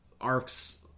arcs